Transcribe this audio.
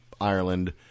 Ireland